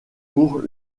pour